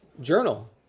journal